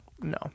No